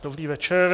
Dobrý večer.